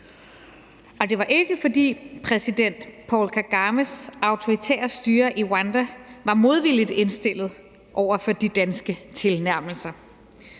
Og det var ikke, fordi præsident Paul Kagames autoritære styre i Rwanda var modvilligt indstillet over for de danske tilnærmelser.